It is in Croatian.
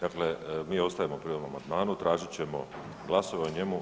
Dakle, mi ostajemo pri ovom amandmanu, tražit ćemo glasovanje o njemu.